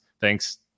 Thanks